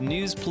News